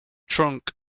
trunk